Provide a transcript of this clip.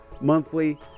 monthly